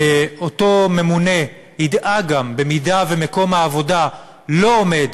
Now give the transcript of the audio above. אותו ממונה ידאג גם במידה שמקום העבודה לא עומד